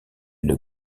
une